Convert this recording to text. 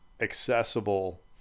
accessible